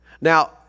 Now